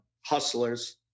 hustlers